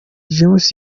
james